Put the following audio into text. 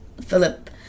Philip